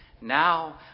Now